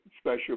special